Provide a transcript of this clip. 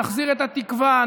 נחזיר את התקווה,